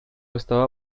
estaba